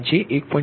556 j1